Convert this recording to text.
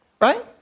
right